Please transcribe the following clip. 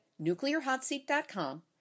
nuclearhotseat.com